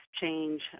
change